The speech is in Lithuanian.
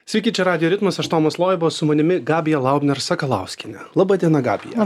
sveiki čia radijo ritmas aš tomas loiba su manimi gabija laubner sakalauskienė laba diena gabija